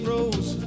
Rose